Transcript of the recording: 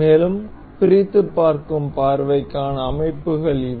மேலும் பிரித்துப் பார்க்கும் பார்வைக்கான அமைப்புகள் இவை